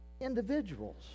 individuals